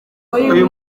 uyu